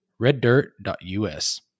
reddirt.us